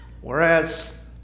Whereas